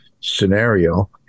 scenario